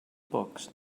books